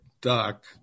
Doc